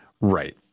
Right